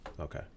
okay